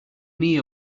knee